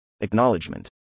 Acknowledgement